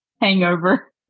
Hangover